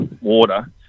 water